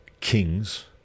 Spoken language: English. kings